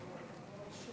כבוד